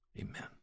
Amen